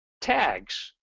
tags